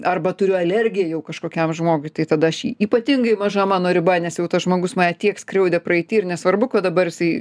arba turiu alergiją jau kažkokiam žmogui tai tada aš jį ypatingai maža mano riba nes jau tas žmogus mane tiek skriaudė praeity ir nesvarbu kad dabar jisai